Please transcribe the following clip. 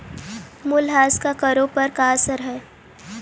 मूल्यह्रास का करों पर का असर हई